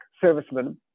servicemen